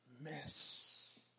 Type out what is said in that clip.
mess